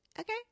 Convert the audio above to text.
Okay